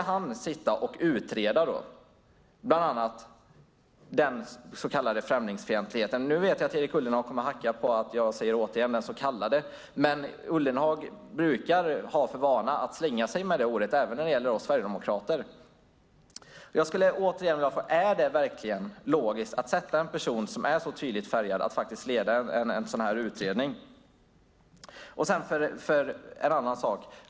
Han ska då utreda bland annat den så kallade främlingsfientligheten. Nu vet jag att Erik Ullenhag kommer att hacka på att jag återigen säger den "så kallade", men Ullenhag brukar ha för vana att slänga sig med det ordet även när det gäller oss sverigedemokrater. Jag skulle återigen vilja fråga: Är det verkligen logiskt att sätta en person som är så tydligt färgad att leda en sådan här utredning? En annan sak.